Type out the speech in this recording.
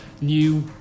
new